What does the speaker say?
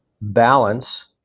balance